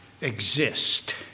exist